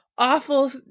Awful